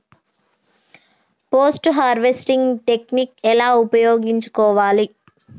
Post harvesting technique ఎలా ఉపయోగించుకోవాలి?